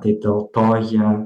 tai dėl to jie